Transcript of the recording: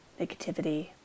negativity